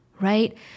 right